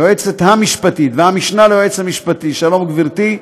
היועצת המשפטית והמשנה ליועץ המשפטי, שלום גברתי,